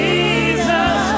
Jesus